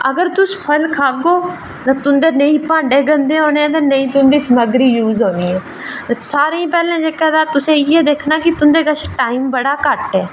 ते अगर तुस फल खागे ते ना तुं'दे भांडे यूज़ होने न ते ना तुं'दी समग्री यूज़ होनी ऐ ते सारें कशा पैह्लें तुसें इ'यै दिक्खना कि तुं'दे कश टाईम बड़ा घट्ट ऐ